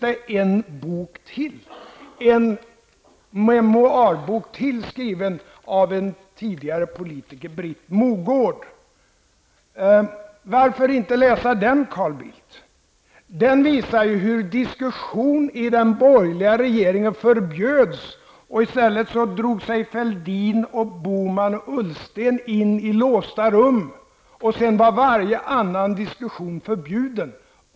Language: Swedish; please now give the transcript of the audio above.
Det finns en memoarbok till, skriven av en tidigare politiker, Britt Mogård. Varför inte läsa den, Carl Bildt? Den visar hur diskussion i den borgerliga regeringen förbjöds. I stället drog sig Fälldin, Bohman och Ullsten in i låsta rum, och sedan var varje annan diskussion förbjuden.